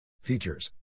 Features